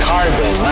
Carbon